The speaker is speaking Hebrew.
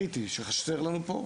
שחסר לנו פה.